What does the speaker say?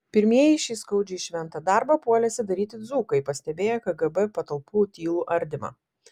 pirmieji šį skaudžiai šventą darbą puolėsi daryti dzūkai pastebėję kgb patalpų tylų ardymą